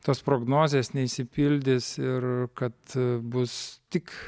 tos prognozės neišsipildys ir kad bus tik